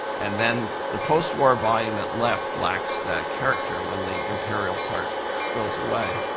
and then the post-war volume at left lacks that character when the imperial part goes away.